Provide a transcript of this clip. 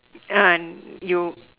ah you